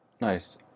Nice